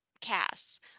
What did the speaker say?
Cass